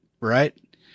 right